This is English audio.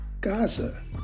Gaza